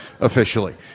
officially